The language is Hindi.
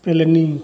पिलनी